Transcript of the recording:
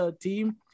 team